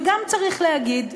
וגם צריך להגיד,